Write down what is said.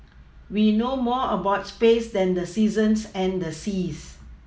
we know more about space than the seasons and the seas